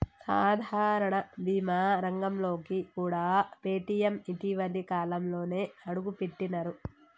సాధారణ బీమా రంగంలోకి కూడా పేటీఎం ఇటీవలి కాలంలోనే అడుగుపెట్టినరు